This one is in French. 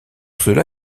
cela